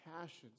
passions